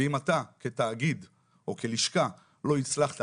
ואם אתה כתאגיד או כלשכה לא הצלחת,